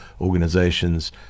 organizations